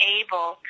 able